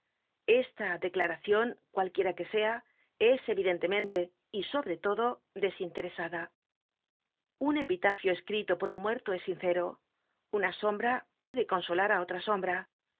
esta declaracion cualquiera que sea es evidentemente y sobre todo desinteresada un epitafio escrito por un muerto es sincero una sombra puede consolar á otra sombra